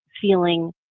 feeling